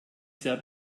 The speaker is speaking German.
sehr